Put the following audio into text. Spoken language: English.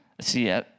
See